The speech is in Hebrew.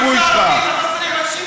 אני נציג האוכלוסייה הערבית,